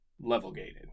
level-gated